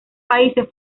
países